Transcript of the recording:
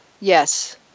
Yes